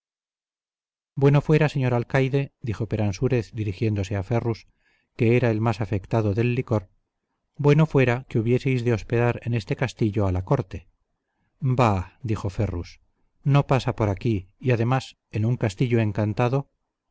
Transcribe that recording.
bueno fuera señor alcaide dijo peransúrez dirigiéndose a ferrus que era el más afectado del licor bueno fuera que hubieseis de hospedar en este castillo a la corte bah dijo ferrus no pasa por aquí y además en un castillo encantado